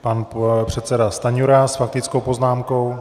Pan předseda Stanjura s faktickou poznámkou.